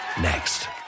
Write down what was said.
Next